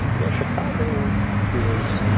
yeah chicago is